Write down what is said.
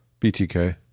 BTK